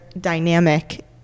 dynamic